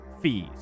fees